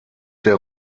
der